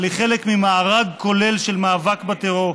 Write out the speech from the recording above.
אבל היא חלק ממארג כולל של מאבק בטרור.